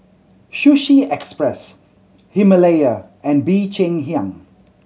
Sushi Express Himalaya and Bee Cheng Hiang